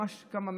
ממש 100 מטרים,